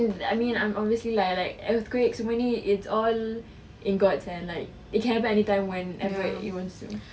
I mean obviously lah earthquake semua ni it's all in god's hand like it can happen anytime whenever it wants to